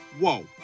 whoa